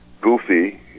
Goofy